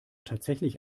tatsächlich